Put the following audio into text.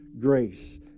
grace